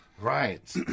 Right